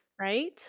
right